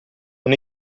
non